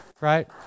Right